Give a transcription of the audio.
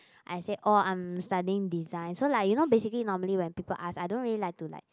I say oh I'm studying design so like you know basically normally when people ask I don't really like to like